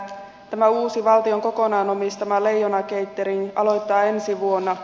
tämä uusi valtion kokonaan omistama leijona catering aloittaa ensi vuonna